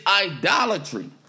idolatry